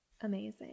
Amazing